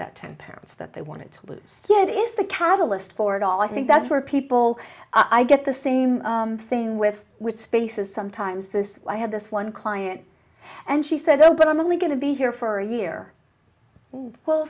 that ten parents that they wanted to lose yet is the catalyst for it all i think that's where people i get the same thing with with spaces sometimes this i had this one client and she said oh but i'm only going to be here for a year well